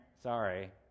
Sorry